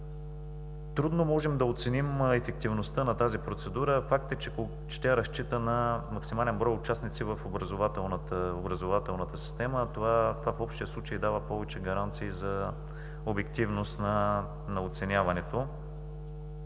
Трудно можем да оценим ефективността на тази процедура. Факт е, че тя разчита на максимален брой участници в образователната система. Това в общия случай дава повече гаранции за обективност на оценяването.